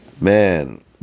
Man